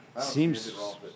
Seems